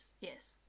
yes